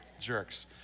Jerks